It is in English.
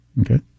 Okay